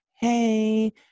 hey